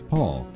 Paul